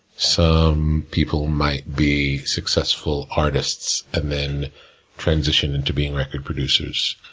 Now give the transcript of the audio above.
some people might be successful artists, and then transition into being record producers.